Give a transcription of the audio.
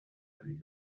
دیگه